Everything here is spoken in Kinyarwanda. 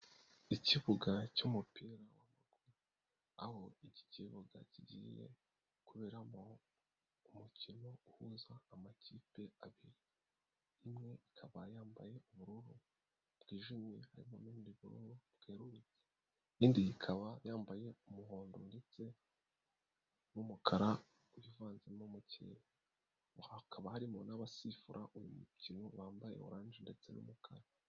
Ikibuga cy'umupira w'amaguru, aho iki kibuga kigiye kuberamo umukino uhuza amakipe abiri, imwe ikaba yambaye ubururu bwijimye harimo n'ubundi bururu bwerurutse, indi ikaba yambaye umuhondo ndetse n'umukara wivanzemo mukeya, hakaba harimo n'abasifura uyu mukino bambaye orange ndetse n'umukara.